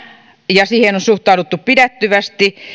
ja siihen on suhtauduttu pidättyvästi